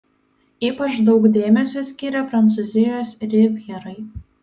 ypač daug dėmesio skyrė prancūzijos rivjerai